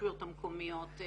הרשויות המקומיות,